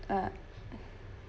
uh